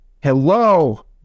Hello